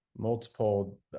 Multiple